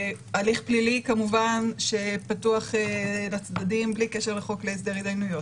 הליך פלילי כמובן פתוח לצדדים בלי קשר לחוק להסדר התדיינויות.